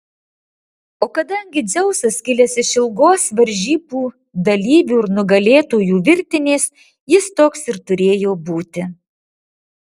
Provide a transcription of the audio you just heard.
o kadangi dzeusas kilęs iš ilgos varžybų dalyvių ir nugalėtojų virtinės jis toks ir turėjo būti